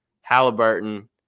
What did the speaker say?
Halliburton